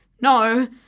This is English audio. no